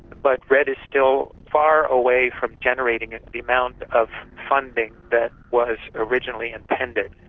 but redd is still far away from generating and the amount of funding that was originally intended.